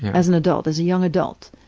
as an adult, as a young adult.